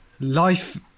life